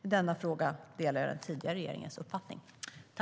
I denna fråga delar jag den tidigare regeringens uppfattning.